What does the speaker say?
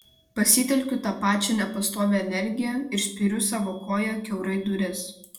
pasitelkiu tą pačią nepastovią energiją ir spiriu savo koja kiaurai duris